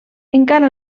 encara